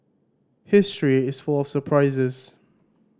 history is full of surprises